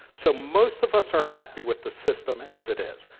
so, most of us are happy with the system as it is.